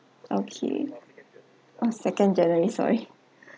okay ah second january sorry